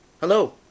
Hello